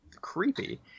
creepy